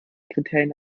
kriterien